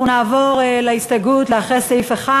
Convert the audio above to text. אנחנו נעבור להסתייגות לאחרי סעיף 1